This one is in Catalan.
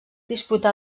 disputà